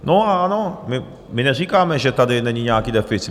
No ano, my neříkáme, že tady není nějaký deficit.